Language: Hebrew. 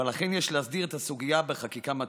ולכן יש להסדיר את הסוגיה בחקיקה מתאימה.